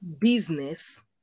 business